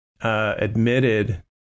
admitted